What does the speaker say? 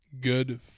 good